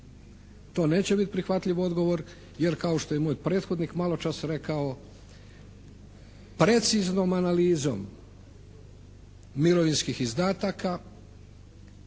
To neće biti prihvatljiv odgovor jer kao što je i moj prethodnik maločas rekao, preciznom analizom mirovinskih izdataka